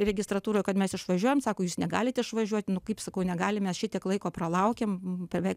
registratūroje kad mes išvažiuojam sako jūs negalite išvažiuoti nu kaip sakau negalim mes šitiek laiko pralaukėm bevei